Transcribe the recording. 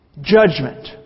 judgment